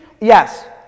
Yes